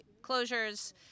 closures